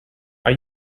are